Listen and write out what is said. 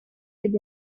did